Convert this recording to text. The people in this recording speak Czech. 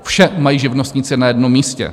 Vše mají živnostníci na jednom místě.